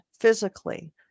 physically